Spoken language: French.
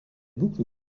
boucle